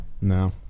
No